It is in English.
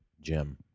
Jim